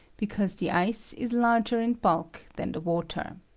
because the ice is larger in bulk than the water.